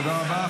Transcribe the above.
תודה רבה.